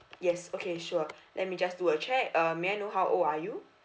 yes okay sure let me just do a check uh may I know how old are you